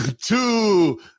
two